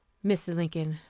mr. lincoln,